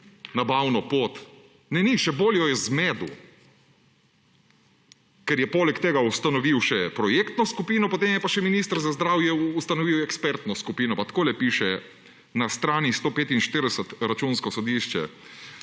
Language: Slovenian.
nabavno pot. Ne ni, še bolj jo je zmedel, ker je poleg tega ustanovil še projektno skupino, potem je pa še minister za zdravje ustanovil ekspertno skupino. Pa takole piše na strani 154 Računsko sodišče.